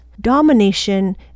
domination